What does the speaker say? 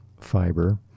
fiber